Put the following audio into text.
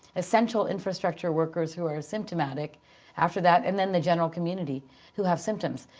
essential infrastructure workers who are symptomatic after that. and then the general community who have symptoms.